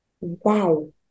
Wow